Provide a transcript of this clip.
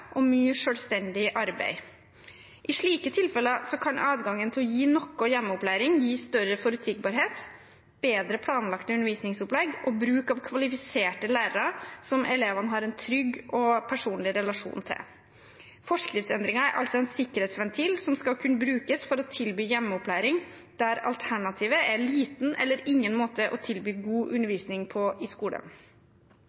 og mye selvstendig arbeid. I slike tilfeller kan adgangen til å gi noe hjemmeopplæring gi større forutsigbarhet, bedre planlagte undervisningsopplegg og bruk av kvalifiserte lærere som elevene har en trygg og personlig relasjon til. Forskriftsendringen er altså en sikkerhetsventil som skal kunne brukes for å tilby hjemmeopplæring når det ikke er mulig å tilby god